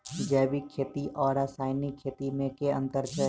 जैविक खेती आ रासायनिक खेती मे केँ अंतर छै?